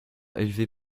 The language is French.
élevé